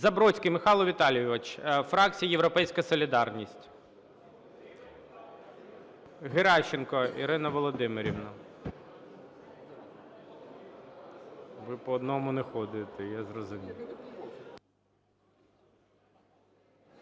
Забродський Михайло Віталійович, фракція "Європейська солідарність". Геращенко Ірина Володимирівна. Ви по одному не ходите, я зрозумів.